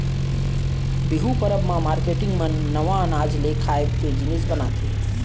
बिहू परब म मारकेटिंग मन नवा अनाज ले खाए के जिनिस बनाथे